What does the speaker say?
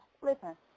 listen